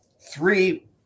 three